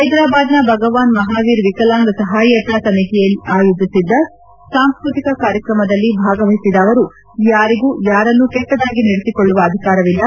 ಹ್ಲೆದ್ರಾಬಾದ್ನ ಭಗವಾನ್ ಮಹಾವೀರ್ ವಿಕಲಾಂಗ್ ಸಹಾಯತಾ ಸಮಿತಿಯಲ್ಲಿ ಆಯೋಜಿಸಿದ್ದ ಸಾಂಸ್ಟತಿಕ ಕಾರ್ಯಕ್ರಮದಲ್ಲಿ ಭಾಗವಹಿಸಿದ ಅವರು ಯಾರಿಗೂ ಯಾರನ್ನೂ ಕೆಟ್ಟದಾಗಿ ನಡೆಸಿಕೊಳ್ಳುವ ಅಧಿಕಾರವಿಲ್ಲ